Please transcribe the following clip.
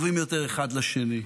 טובים יותר אחד לשני,